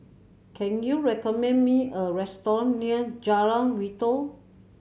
can you recommend me a restaurant near Jalan Wi Toh